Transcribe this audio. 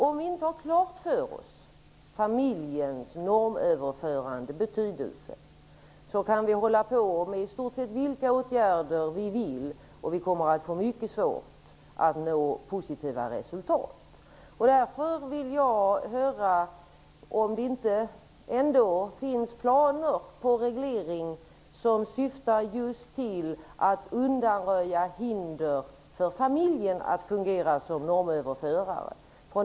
Om vi inte har klart för oss familjens normöverförande betydelse, kan vi hålla på att vidta i stort sett vilka åtgärder vi vill, men vi kommer att få mycket svårt att nå positiva resultat. Därför vill jag höra om det ändå inte finns planer på reglering som syftar just till att undanröja hinder för familjen att fungera som normöverförare.